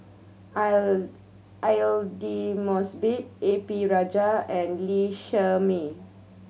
Aidli Mosbit A P Rajah and Lee Shermay